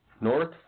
North